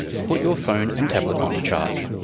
put your phone and tablet on to charge.